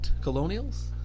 Colonials